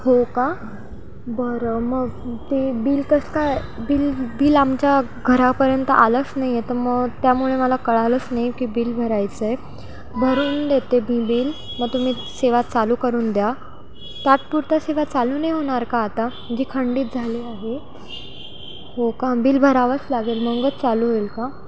हो का बरं मग ते बिल कसं काय बिल बिल आमच्या घरापर्यंत आलंच नाही आहे तर मग त्यामुळे मला कळालंच नाही की बिल भरायचं आहे भरून देते मी बिल मग तुम्ही सेवा चालू करून द्या तात्पुरता सेवा चालू नाही होणार का आता जी खंडित झाली आहे हो का बिल भरावंच लागेल मगच चालू होईल का